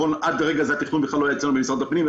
עד לרגע זה התכנון בכלל לא היה במשרד הפנים,